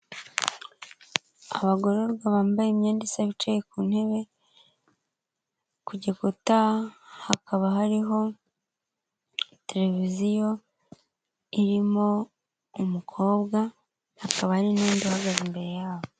Abagororwa bambaye imyenda isa bicaye ku ntebe, ku gikuta hakaba hariho televiziyo irimo umukobwa akaba ari n'undi uhagaze imbere yabo.